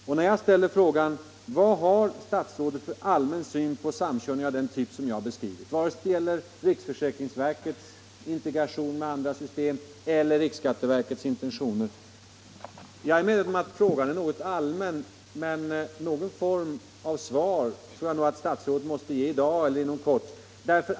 Jag har ställt frågan: Vad har statsrådet för allmän syn på samkörning av den typ som jag har beskrivit, vare sig det gäller integration av riksförsäkringsverkets register med andra system eller riksskatteverkets intentioner? Jag är medveten om att frågan är något allmän, men någon form av svar tror jag att statsrådet måste ge i dag eller inom kort.